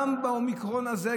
גם באומיקרון הזה,